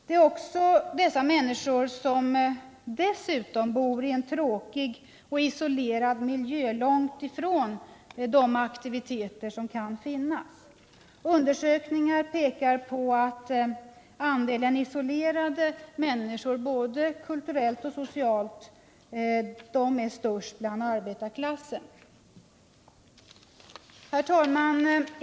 Det är ofta just dessa människor som dessutom bor i en tråkig och isolerad miljö, långt från de aktiviteter som kan finnas. Undersökningar pekar på att andelen isolerade människor, både kulturellt och socialt, är störst bland arbetarklassen. Herr talman!